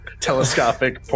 telescopic